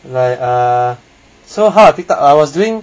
like err so hard to pick up I was doing